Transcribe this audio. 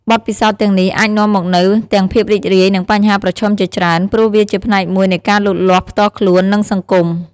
បទពិសោធន៍ទាំងនេះអាចនាំមកនូវទាំងភាពរីករាយ និងបញ្ហាប្រឈមជាច្រើន ព្រោះវាជាផ្នែកមួយនៃការលូតលាស់ផ្ទាល់ខ្លួន និងសង្គម។